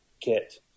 kit